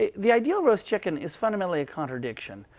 the ideal roast chicken is fundamentally a contradiction.